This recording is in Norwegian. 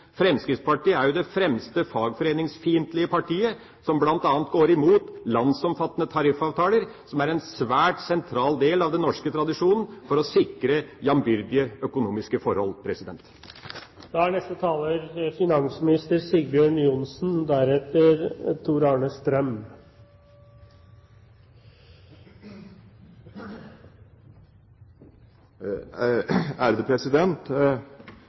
Fremskrittspartiet er jo det fremste fagforeningsfiendtlige partiet, som bl.a. går imot landsomfattende tariffavtaler, som er en svært sentral del av den norske tradisjonen for å sikre jamnbyrdige økonomiske forhold. Dette er en viktig debatt. Det som er